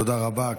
תודה רבה.